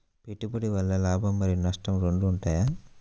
పెట్టుబడి వల్ల లాభం మరియు నష్టం రెండు ఉంటాయా?